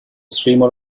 streamer